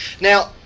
Now